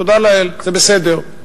תודה לאל, זה בסדר.